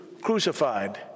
crucified